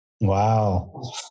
wow